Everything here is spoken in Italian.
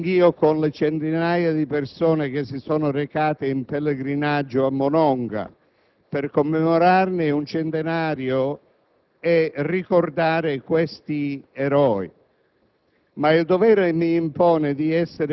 Oggi avrei voluto essere anch'io con le centinaia di persone che si sono recate in pellegrinaggio a Monongah per commemorare il centenario e ricordare questi eroi,